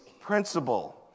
principle